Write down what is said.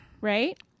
right